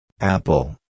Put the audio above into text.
Apple